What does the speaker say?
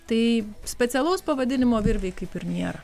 tai specialaus pavadinimo virvei kaip ir nėra